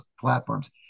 platforms